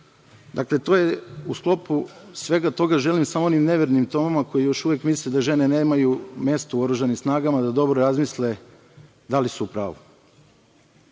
za život. U sklopu svega toga želim samo onim nevernim Tomama koji još uvek misle da žene nemaju mesto u oružanim snagama, da dobro razmisle, da li su u